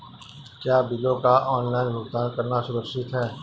क्या बिलों का ऑनलाइन भुगतान करना सुरक्षित है?